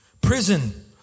Prison